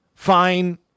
Fine